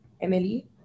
Emily